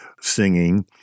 singing